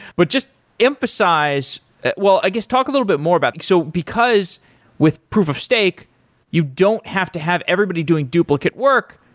but just emphasize well, i guess, talk a little bit more about it. like so because with proof of stake you don't have to have everybody doing duplicate work,